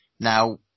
Now